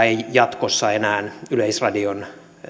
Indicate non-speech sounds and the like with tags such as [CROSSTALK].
[UNINTELLIGIBLE] ei jatkossa enää yleisradion